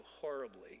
horribly